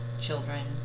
children